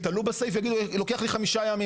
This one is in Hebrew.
ויתלו בסעיף הזה ויגידו "לוקח לי חמישה ימים".